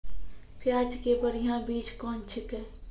प्याज के बढ़िया बीज कौन छिकै?